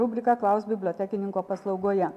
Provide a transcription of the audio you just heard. rubriką klausk bibliotekininko paslaugoje